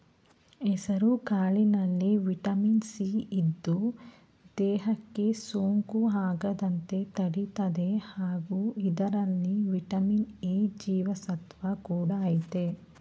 ಹೆಸುಕಾಳಿನಲ್ಲಿ vitamin C ಇದ್ದು, ದೇಹಕ್ಕೆ ಸೋಂಕು ಆಗದಂತೆ ತಡಿತದೆ ಹಾಗೂ ಇದರಲ್ಲಿ ವಿಟಮಿನ್ ಎ ಜೀವಸತ್ವ ಕೂಡ ಆಯ್ತೆ